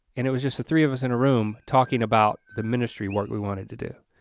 and it was just the three of us in a room talking about the ministry work we wanted to do.